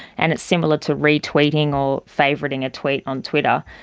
and it's similar to retweeting or favourite thing a tweet on twitter,